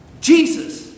Jesus